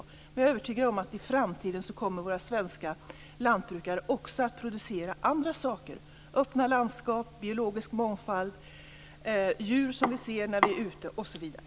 Men jag är övertygad om att i framtiden kommer våra svenska lantbruk också att producera andra saker: öppna landskap, biologisk mångfald, djur som vi ser när vi är ute, osv.